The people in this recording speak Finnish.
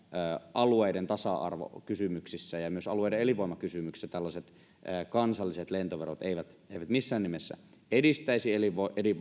alueiden tasa arvokysymyksissä ja ja myös alueiden elinvoimakysymyksissä tällaiset kansalliset lentoverot eivät missään nimessä edistäisi